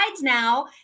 now